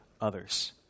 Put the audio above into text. others